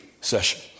session